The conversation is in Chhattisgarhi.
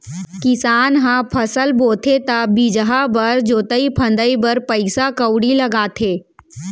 किसान ह फसल बोथे त बीजहा बर, जोतई फंदई बर पइसा कउड़ी लगाथे